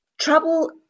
Trouble